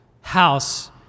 house